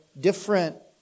different